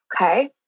Okay